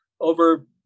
over